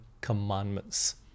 Commandments